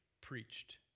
preached